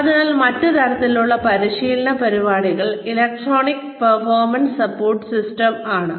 അതിനാൽ മറ്റ് തരത്തിലുള്ള പരിശീലന പരിപാടികൾ ഇലക്ട്രോണിക് പെർഫോമൻസ് സപ്പോർട്ട് സിസ്റ്റം ആണ്